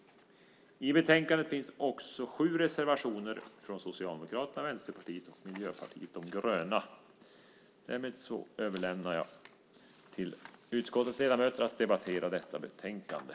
I betänkandet finns sju reservationer från Socialdemokraterna, Vänsterpartiet och Miljöpartiet de gröna. Därmed är det dags för utskottets ledamöter att debattera detta betänkande.